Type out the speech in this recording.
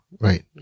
Right